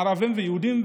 ערבים ויהודים,